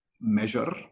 measure